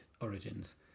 Origins